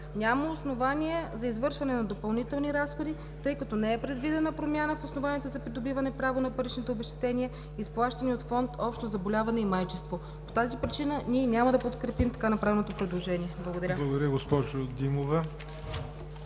Няма основание за извършване на допълнителни разходи, тъй като не е предвидена промяна в основанията за придобиване право на паричните обезщетения, изплащани от Фонд „Общо заболяване и майчинство“. По тази причина ние няма да подкрепим така направеното предложение. Благодаря.